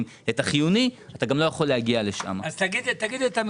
ואת החיוני אי אפשר להגיע לדברים האחרים.